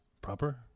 Proper